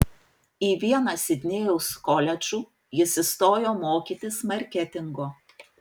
į vieną sidnėjaus koledžų jis įstojo mokytis marketingo